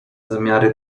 zamiary